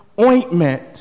ointment